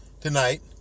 tonight